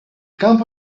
campo